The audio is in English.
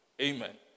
amen